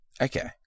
Okay